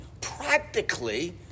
practically